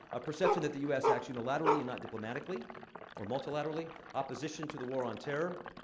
a perception that the u s. acts unilaterally and not diplomatically or multilaterally. opposition to the war on terror.